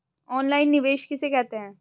Online निवेश किसे कहते हैं?